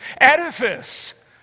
edifice